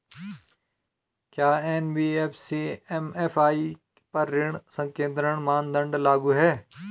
क्या NBFC MFI पर ऋण संकेन्द्रण मानदंड लागू हैं?